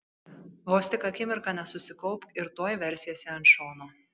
vos tik akimirką nesusikaupk ir tuoj versiesi ant šono